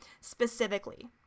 specifically